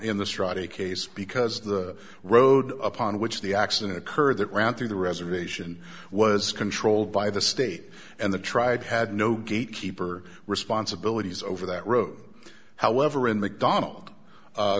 strike case because the road upon which the accident occurred that ran through the reservation was controlled by the state and the tribe had no gate keeper responsibilities over that road however in mcdonald